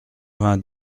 vingt